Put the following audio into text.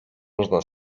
można